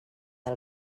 del